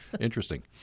Interesting